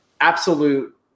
absolute